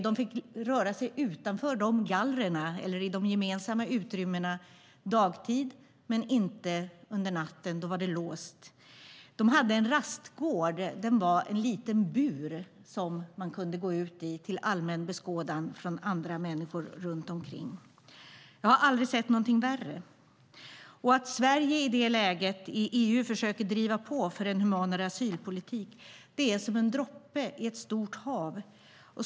De fick röra sig utanför gallren, i de gemensamma utrymmena, dagtid men inte under natten; då var det låst. De hade en rastgård. Den var en liten bur som man kunde gå ut i till allmän beskådan från andra människor runt omkring. Jag har aldrig sett någonting värre. Att Sverige i det läget i EU försöker driva på för en humanare asylpolitik är som en droppe i ett stort hav.